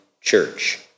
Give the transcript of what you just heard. church